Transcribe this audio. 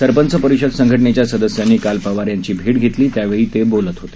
सरपंच परिषद संघटनेच्या सदस्यांनी काल पवार यांची भेट घेतली त्यावेळी ते बोलत होते